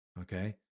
Okay